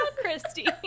Christy